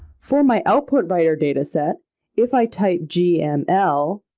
for my output writer data set if i type gml,